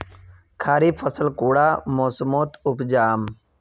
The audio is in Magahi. खरीफ फसल कुंडा मोसमोत उपजाम?